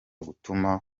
gutuma